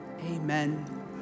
amen